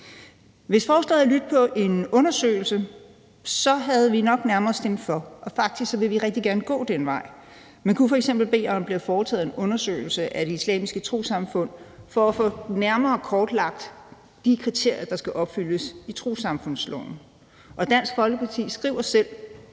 Hvis forslaget havde lydt på en undersøgelse, havde vi nok nærmere stemt for, og faktisk vil vi rigtig gerne gå den vej. Man kunne f.eks. bede om, at der bliver foretaget en undersøgelse af Det Islamiske Trossamfund for at få nærmere kortlagt de kriterier, der skal opfyldes i trossamfundsloven. Dansk Folkeparti skriver selv,